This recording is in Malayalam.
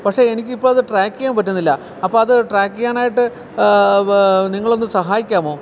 പക്ഷെ എനിക്ക് ഇപ്പം അത് ട്രാക്ക് ചെയ്യാൻ പറ്റുന്നില്ല അപ്പം അത് ട്രാക്ക് ചെയ്യാനായിട്ട് നിങ്ങൾ ഒന്ന് സഹായിക്കാമോ